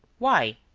why?